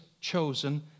chosen